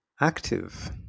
active